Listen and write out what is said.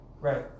Right